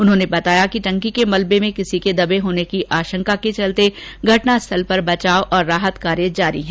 उन्होंने बताया कि टंकी के मलबे में किसी के दबे होने की आशंका के चलते घटनास्थल पर बचाव और राहत कार्य जारी है